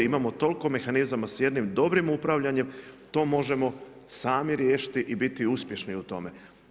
Imamo toliko mehanizama sa jednim dobrim upravljanjem, to možemo sami riješiti i biti uspješni u tome.